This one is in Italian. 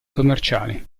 commerciali